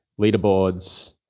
leaderboards